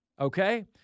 Okay